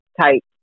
type